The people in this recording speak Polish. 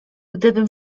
gdybym